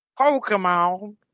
Pokemon